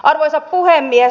arvoisa puhemies